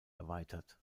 erweitert